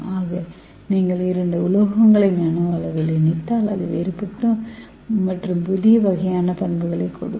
ஆக நீங்கள் இரண்டு உலோகங்களை நானோ அளவில் இணைத்தால் அது வேறுபட்ட மற்றும் புதிய வகையான பண்புகளைக் கொடுக்கும்